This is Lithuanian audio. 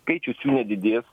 skaičius jų nedidės